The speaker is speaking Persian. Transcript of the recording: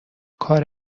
کار